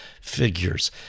figures